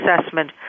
assessment